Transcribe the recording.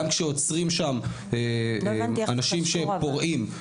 גם כשעוצרים שם אנשים שפורעים.